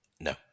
No